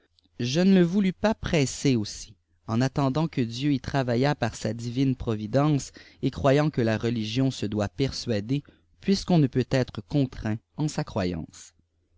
je ne le voulus pat er àtli ëh àltëndaht qu preâér àtlèfei ëh àltëndaht que dieu y travaillât par sa divine providence et croyant que la teligion se doit persuader puisquon ne peut être contraint en sa croyance